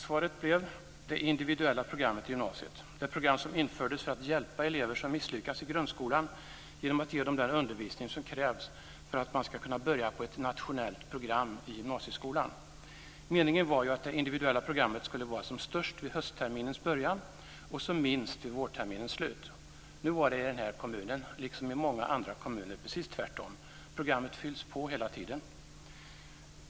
Svaret blev: Det individuella programmet i gymnasiet. Det programmet infördes för att hjälpa elever som misslyckats i grundskolan genom att ge dem den undervisning som krävs för att man ska kunna börja på ett nationellt program i gymnasieskolan. Meningen var ju att det individuella programmet skulle vara som störst vid höstterminens början och som minst vid vårterminens slut. Nu var det i den här kommunen, liksom i många andra kommuner, precis tvärtom. Programmet fylls på hela tiden.